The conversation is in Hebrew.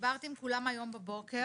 דיברתי עם כולם היום בבוקר.